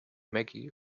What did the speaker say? maggie